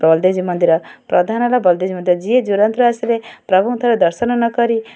ବଳଦେବ ଜୀଉ ମନ୍ଦିର ପ୍ରଧାନ ହେଲା ବଳଦେବ ଜୀଉ ମନ୍ଦିର ଯିଏ ଆସିଲେ ପ୍ରଭୁଙ୍କୁ ଥରେ ଦର୍ଶନ ନ କରି